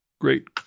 great